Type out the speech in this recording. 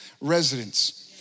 residents